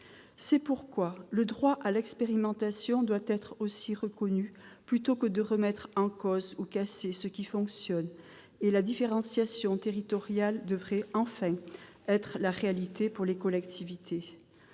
C'est pourquoi le droit à l'expérimentation doit être reconnu, plutôt que de remettre en cause ou casser ce qui fonctionne. La différenciation territoriale devrait enfin être une réalité pour les collectivités.